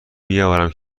بیاورم